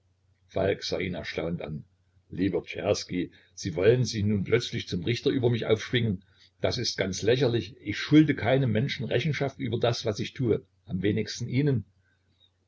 sah ihn erstaunt an lieber czerski sie wollen sich nun plötzlich zum richter über mich aufschwingen das ist ganz lächerlich ich schulde keinem menschen rechenschaft über das was ich tue am wenigsten ihnen